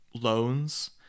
loans